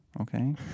okay